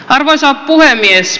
arvoisa puhemies